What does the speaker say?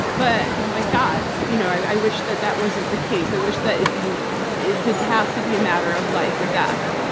but, my god, you know i wish that that wasn't the case. i wish that it didn't it didn't have to be a matter of life or death.